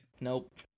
Nope